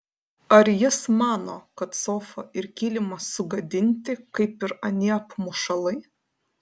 ar jis mano kad sofa ir kilimas sugadinti kaip ir anie apmušalai